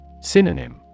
Synonym